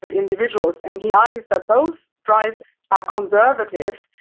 but individuals and he argues that those drives are conservative,